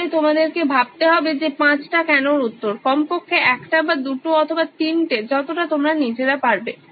তাহলে তোমাদেরকে ভাবতে হবে যে পাঁচটা কেনোর উত্তরকমপক্ষে একটা বা দুটো অথবা তিনটে যতটা তোমরা নিজেরা পারবে